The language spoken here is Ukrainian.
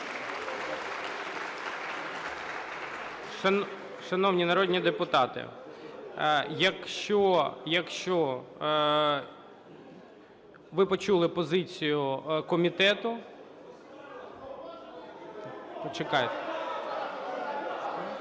Шановні народні депутати, якщо, якщо ви почули позицію комітету… почекайте.